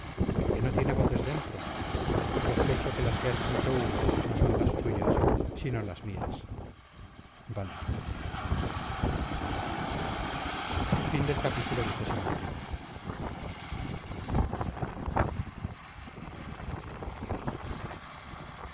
quién no tiene voces dentro sospecho que las que ha escrito hugo no son las suyas sino las mías vale o de